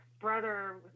brother